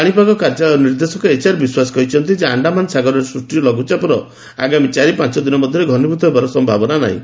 ପାଶିପାଗ କାର୍ଯ୍ୟାଳୟର ନିର୍ଦେଶକ ଏଚ ଆର ବିଶ୍ୱାସ କହିଛନ୍ତି ଯେ ଆଖାମାନ ସାଗରରେ ସୃଷ୍ ଲଘୁଚାର ଆଗାମୀ ଚାରି ପାଂଚ ଦିନ ମଧ୍ୟରେ ଘନୀଭ୍ତ ହେବାର ସମ୍ଭାବନା ନାହିଁ